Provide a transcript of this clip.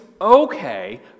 okay